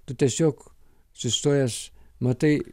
tu tiesiog sustojęs matai